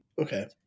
Okay